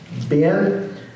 Ben-